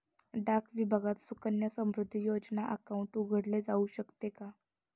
डाक विभागात सुकन्या समृद्धी योजना अकाउंट उघडले जाऊ शकते का?